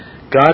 God